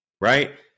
right